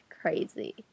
crazy